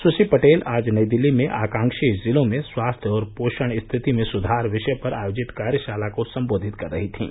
सुश्री पटेल आज नई दिल्ली में आकांक्षी जिलों में स्वास्थ्य और पोषण स्थिति में सुधार विषय पर आयोजित कार्यशाला को संबोधित कर रही थीं